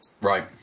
Right